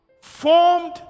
formed